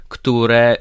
które